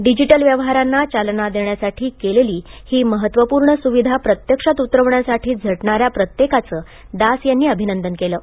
digital व्यवहारांना चालना देण्यासाठी केलेली ही महत्त्वपूर्ण सुविधा प्रत्यक्षात उतरवण्यासाठी झटणाऱ्या प्रत्येकाचे दास यांनी अभिनंदन केले आहे